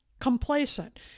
complacent